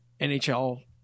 NHL